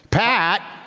pat.